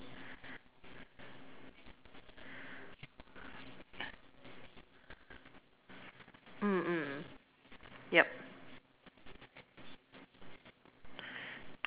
mm mm yup